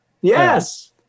Yes